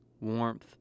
warmth